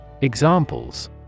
Examples